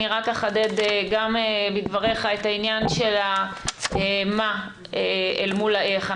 רק אחדד גם בדבריך את העניין של המה אל מול האיך.